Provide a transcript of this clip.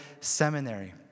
seminary